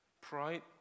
Pride